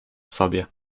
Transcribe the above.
sobie